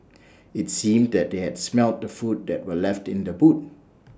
IT seemed that they had smelt the food that were left in the boot